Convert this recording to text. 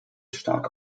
stark